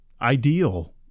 ideal